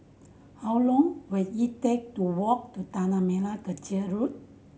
how long will it take to walk to Tanah Merah Kechil Road